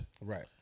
Right